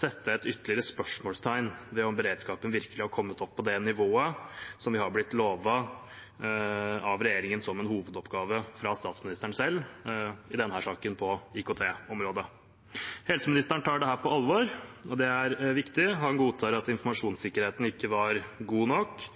sette ytterligere et spørsmålstegn ved om beredskapen virkelig har kommet opp på det nivået som vi har blitt lovet av regjeringen – som en hovedoppgave fra statsministeren selv – i denne saken på IKT-området. Helseministeren tar dette på alvor, og det er viktig. Han godtar at informasjonssikkerheten ikke var god nok,